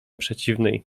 przeciwnej